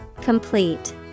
complete